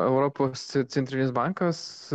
europos centrinis bankas